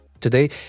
Today